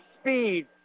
speed